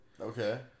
Okay